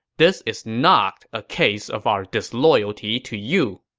this is not a case of our disloyalty to you.